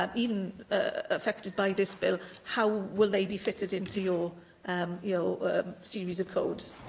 um even affected by this bill? how will they be fitted into your um your series of codes,